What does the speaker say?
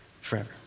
forever